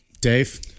Dave